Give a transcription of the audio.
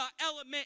element